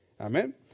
Amen